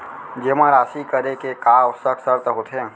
जेमा राशि करे के का आवश्यक शर्त होथे?